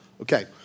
Okay